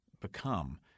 become